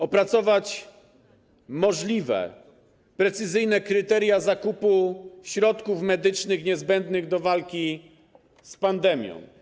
Opracować precyzyjne kryteria zakupu środków medycznych niezbędnych do walki z pandemią.